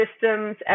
systems